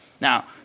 Now